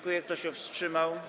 Kto się wstrzymał?